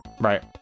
Right